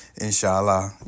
Inshallah